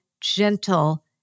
gentle